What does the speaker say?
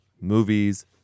Movies